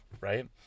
right